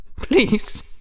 please